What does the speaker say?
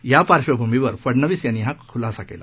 या पार्श्वभूमीवर फडनवीस यांनी हा खुलासा केला